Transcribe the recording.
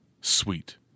sweet